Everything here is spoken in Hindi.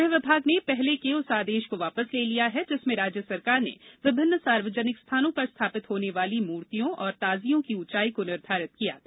गृह विभाग ने पहले के उस आदेश को वापस ले लिया है जिसमें राज्य सरकार ने विभिन्न सार्वजनिक स्थानों पर स्थापित होने वाली मूर्तियों और ताजियों की ऊंचाई को निर्धारित किया था